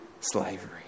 slavery